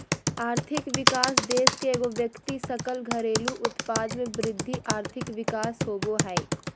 आर्थिक विकास देश के एगो व्यक्ति सकल घरेलू उत्पाद में वृद्धि आर्थिक वृद्धि होबो हइ